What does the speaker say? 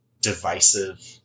divisive